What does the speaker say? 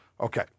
Okay